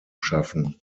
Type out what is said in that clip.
schaffen